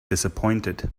disappointed